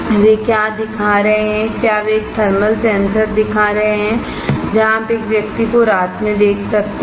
वे क्या दिखा रहे हैंक्या वे एक थर्मल सेंसर दिखा रहे हैं जहां आप एक व्यक्ति को रात में देख सकते हैं